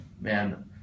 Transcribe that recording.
man